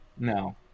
No